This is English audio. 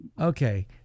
Okay